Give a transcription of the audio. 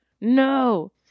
No